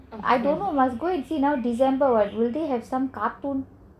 I don't know I must go and see now december [what] will they have some cartoon